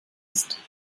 ist